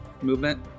Movement